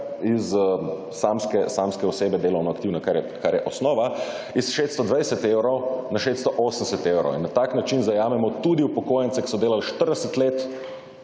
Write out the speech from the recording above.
iz - samske osebe, delovno aktivne, kar je osnova - 620 evrov na 680 evrov in na tak način zajamemo tudi upokojence, ki so delal 40 let